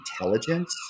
intelligence